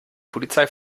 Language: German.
polizei